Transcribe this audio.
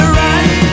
right